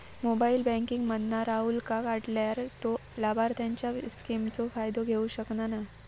mobile banking मधना राहूलका काढल्यार तो लाभार्थींच्या स्किमचो फायदो घेऊ शकना नाय